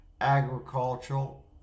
agricultural